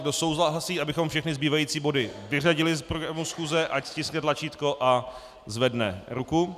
Kdo souhlasí, abychom všechny zbývající body vyřadili z programu schůze, ať stiskne tlačítko a zvedne ruku.